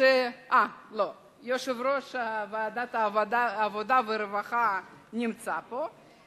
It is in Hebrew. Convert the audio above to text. יושב-ראש ועדת העבודה והרווחה נמצא פה,